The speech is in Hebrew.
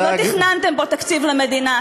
לא תכננתם פה תקציב למדינה,